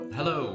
Hello